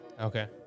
okay